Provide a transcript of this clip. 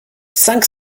cinq